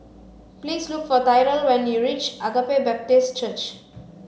please look for Tyrel when you reach Agape Baptist Church